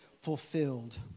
fulfilled